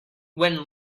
when